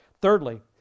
Thirdly